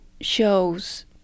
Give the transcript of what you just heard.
shows